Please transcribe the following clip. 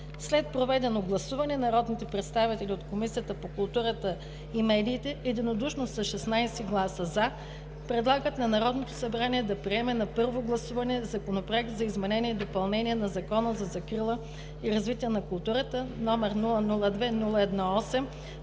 След проведено гласуване народните представители от Комисията по културата и медиите единодушно с 16 гласа „за“ предлагат на Народното събрание да приеме на първо гласуване Законопроект за изменение и допълнение на Закона за закрила и развитие на културата, № 002-01-8,